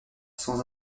sans